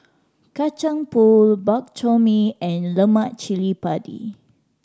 Kacang Pool Bak Chor Mee and lemak cili padi